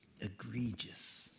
egregious